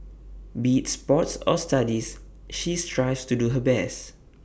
be sports or studies she strives to do her best